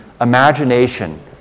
imagination